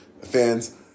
fans